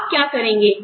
आप क्या करेंगे